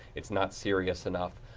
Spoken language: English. it's not serious enough.